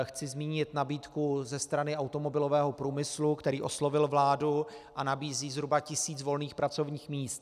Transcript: Chci zmínit nabídku ze strany automobilového průmyslu, který oslovil vládu a nabízí zhruba tisíc volných pracovních míst.